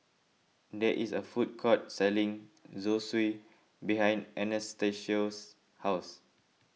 there is a food court selling Zosui behind Anastacio's house